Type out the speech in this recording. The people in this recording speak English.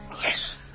Yes